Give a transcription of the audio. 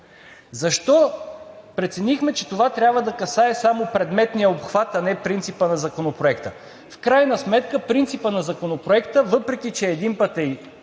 Защо преценихме, че това трябва да касае само предметния обхват, а не принципа на законопроекта? В крайна сметка принципът на законопроекта, въпреки че един път е